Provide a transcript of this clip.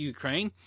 Ukraine